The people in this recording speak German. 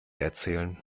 erzählen